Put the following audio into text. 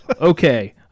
Okay